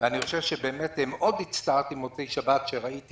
ואני חושב שמאוד הצטערתי במוצאי שבת שראיתי